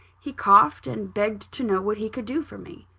he coughed, and begged to know what he could do for me.